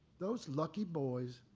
those lucky boys